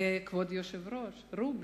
וכבוד היושב-ראש, רובי,